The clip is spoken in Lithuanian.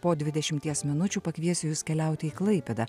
po dvidešimties minučių pakviesiu jus keliauti į klaipėdą